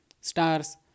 stars